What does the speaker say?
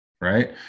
right